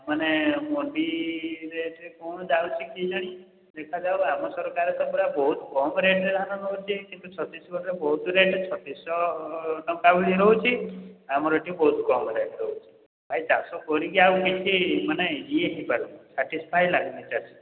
ମାନେ ମଣ୍ଡି ରେଟ୍ରେ କ'ଣ ଯାଉଛି କେଜାଣି ଦେଖାଯାଉ ଆମ ସରକାର ତ ପୂରା ବହୁତ କମ୍ ରେଟ୍ରେ ଧାନ ନେଉଛି କିନ୍ତୁ ଛତିଶଗଡ଼ରେ ବହୁତ ରେଟ୍ ଛତିଶ ଶହ ଟଙ୍କା ବୋଲି ନେଉଛି ଆମର ଏଇଠି ବହୁତ କମ୍ ରେଟ୍ ରହୁଛି ଭାଇ ଚାଷ କରିକି କିଛି ମାନେ ଇଏ ହେଇ ପାରୁନି ସାଟିସ୍ଫାଏ ଲାଗୁନି ଚାଷୀ କି